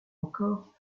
encore